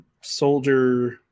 soldier